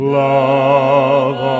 love